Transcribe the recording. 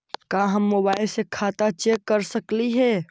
का हम मोबाईल से खाता चेक कर सकली हे?